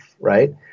right